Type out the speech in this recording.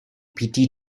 pity